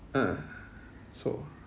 ah so